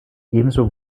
ebenso